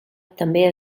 també